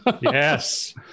Yes